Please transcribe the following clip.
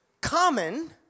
common